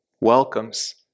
welcomes